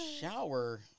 shower